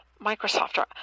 Microsoft